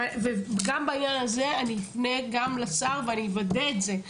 גם בעניין הזה אני אפנה גם לשר, ואני אוודא את זה.